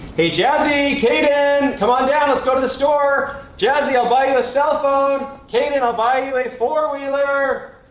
hey, jazzy, kaden, come on down! let's go to the store! jazzy, i'll buy you a cell phone! kaden, i'll buy you a four-wheeler!